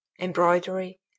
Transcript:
embroidery